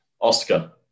Oscar